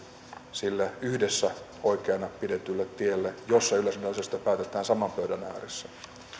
sille yhdessä oikeana pidetylle tielle jolla yleisradion asioista päätetään saman pöydän ääressä